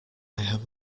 have